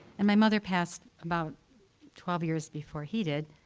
and my mother passed about twelve years before he did.